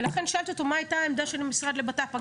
ולכן שאלתי אותו מה היתה העמדה של המשרד לביטחון פנים.